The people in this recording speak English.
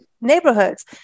neighborhoods